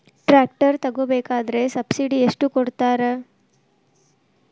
Tractor ತಗೋಬೇಕಾದ್ರೆ subsidy ಎಷ್ಟು ಕೊಡ್ತಾರ?